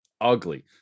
ugly